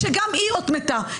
שגם היא אות מתה,